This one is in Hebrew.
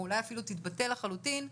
או אולי אפילו תתבטל לחלוטין,